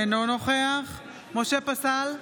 אינו נוכח משה פסל,